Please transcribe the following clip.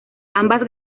ambas